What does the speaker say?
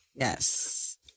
Yes